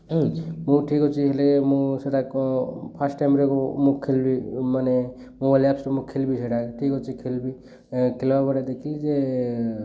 ମୁଁ ଠିକ୍ ଅଛି ହେଲେ ମୁଁ ସେଟା ଫାର୍ଷ୍ଟ୍ ଟାଇମ୍ ମୁଁ ଖେଳିବି ମାନେ ମୋବାଇଲ୍ ଆପ୍ସରେ ମୁଁ ଖେଳିବି ସେଇଟା ଠିକ୍ ଅଛି ଖେଳିବି କ୍ଲବ୍ରେ ଦେଖିଲି ଯେ